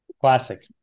Classic